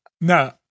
no